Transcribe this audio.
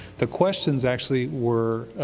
the questions actually were,